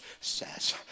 says